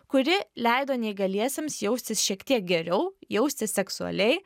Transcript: kuri leido neįgaliesiems jaustis šiek tiek geriau jaustis seksualiai